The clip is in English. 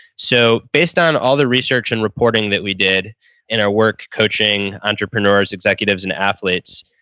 so, based on all the research and reporting that we did in our work coaching entrepreneurs, executives and athletes,